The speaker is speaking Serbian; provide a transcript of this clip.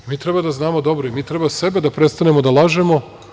Mi treba da znamo dobro i mi treba sebe da prestanemo da lažemo.